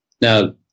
Now